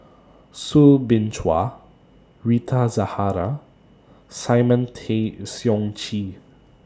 Soo Bin Chua Rita Zahara and Simon Tay Seong Chee